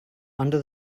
under